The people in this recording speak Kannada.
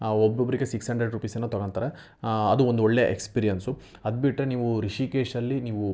ಒಬ್ಬೊಬ್ಬರಿಗೆ ಸಿಕ್ಸ್ ಹಂಡ್ರೆಡ್ ರುಪೀಸ್ ಏನೋ ತೊಗೊಂತಾರೆ ಅದು ಒಂದು ಒಳ್ಳೆಯ ಎಕ್ಸ್ಪಿರಿಯನ್ಸು ಅದು ಬಿಟ್ಟರೆ ನೀವು ರಿಷಿಕೇಶಲ್ಲಿ ನೀವು